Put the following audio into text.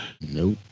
nope